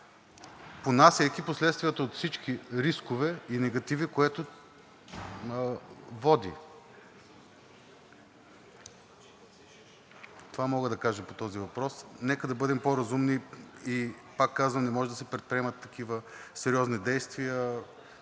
понасяйки последствията от всички рискове и негативи, които води. Това мога да кажа по този въпрос. Нека да бъдем по-разумни и пак казвам – не може да се предприемат такива сериозни действия